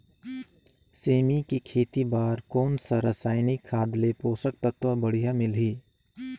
सेमी के खेती बार कोन सा रसायनिक खाद ले पोषक तत्व बढ़िया मिलही?